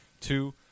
two